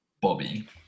Bobby